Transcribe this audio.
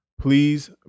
please